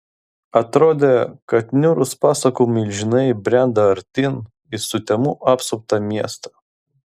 atrodė kad niūrūs pasakų milžinai brenda artyn į sutemų apsuptą miestą